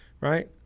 right